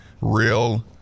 real